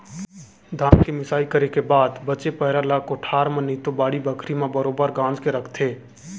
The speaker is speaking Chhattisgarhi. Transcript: धान के मिंसाई करे के बाद बचे पैरा ले कोठार म नइतो बाड़ी बखरी म बरोगर गांज के रखथें